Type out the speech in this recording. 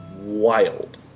wild